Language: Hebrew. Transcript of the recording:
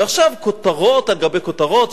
ועכשיו כותרות על גבי כותרות,